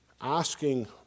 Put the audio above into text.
asking